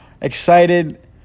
Excited